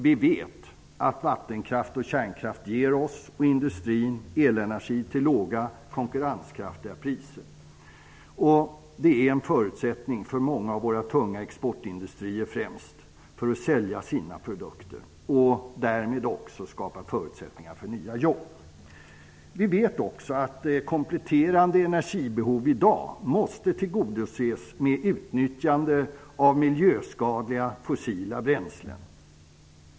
Vi vet att vattenkraft och kärnkraft ger oss och industrin elenergi till låga och konkurrenskraftiga priser. Det är en förutsättning för att främst många av våra tunga exportindustrier skall kunna sälja sina produkter och därmed också skapa förutsättningar för nya jobb. Vi vet också att kompletterande energibehov i dag måste tillgodoses genom att man utnyttjar miljöskadliga fossila bränslen.